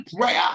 prayer